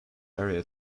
area